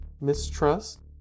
mistrust